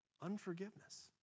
Unforgiveness